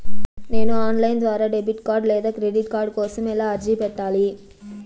నేను online ద్వారా debit card లేదా క్రెడిట్ కార్డు కోసం ఎలా అర్జీ పెట్టాలి?